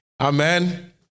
Amen